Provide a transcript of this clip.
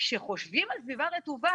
כשחושבים על סביבה רטובה,